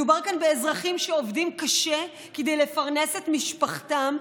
מדובר כאן באזרחים שעובדים קשה כדי לפרנס את משפחתם,